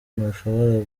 ntushobora